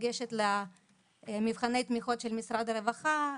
לגשת למבחני התמיכות של משרד הרווחה.